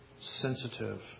sensitive